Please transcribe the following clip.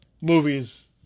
movies